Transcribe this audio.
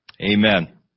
amen